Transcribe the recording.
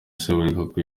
seburikoko